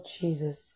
Jesus